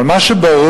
אבל מה שברור,